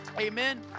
Amen